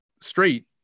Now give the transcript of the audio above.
straight